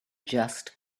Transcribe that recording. just